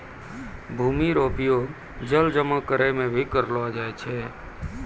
भूमि रो उपयोग जल जमा करै मे भी करलो जाय छै